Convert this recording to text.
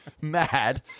mad